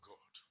God